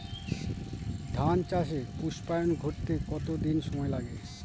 ধান চাষে পুস্পায়ন ঘটতে কতো দিন সময় লাগে?